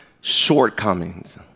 shortcomings